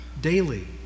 daily